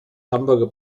hamburger